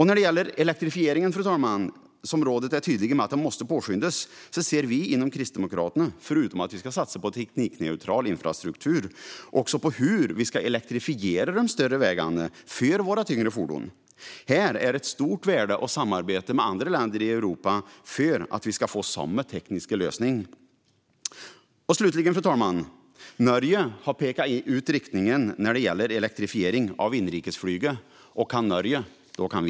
När det gäller elektrifieringen, som rådet är tydligt med att man måste påskynda, ser vi i Kristdemokraterna på hur vi, förutom att satsa på teknikneutral laddinfrastruktur, ska elektrifiera de större vägarna för tyngre fordon. Här är det av stort värde att samarbeta med andra länder i Europa för att vi ska få samma tekniska lösning. Slutligen, fru talman: Norge har pekat ut riktningen när det gäller elektrifiering av inrikesflyget. Och kan Norge kan vi!